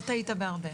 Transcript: לא טעית בהרבה.